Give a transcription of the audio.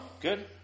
Good